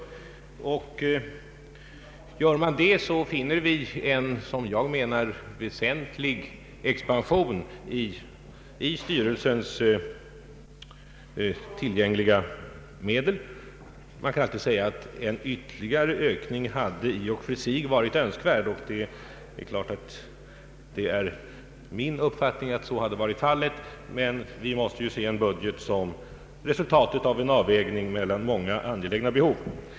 Gör man det finner man en väsentlig expansion i styrelsens tillgängliga medel. Man kan alltid säga att en ytterligare ökning i och för sig hade varit önskvärd, och det är klart att detta också är min uppfattning, men vi måste se en budget som resultatet av en avvägning av många angelägna behov.